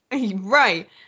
right